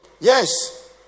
Yes